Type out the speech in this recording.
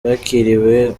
yakiriwe